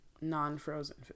non-frozen